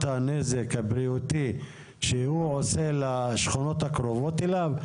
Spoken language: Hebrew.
הנזק הבריאותי שהוא עושה לשכונות הקרובות אליו?